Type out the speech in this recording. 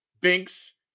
Binks